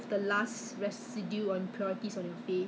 which I really do not know what is what already 谁跟谁